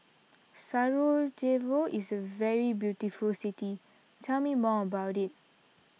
Sarajevo is a very beautiful city tell me more about it